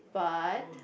but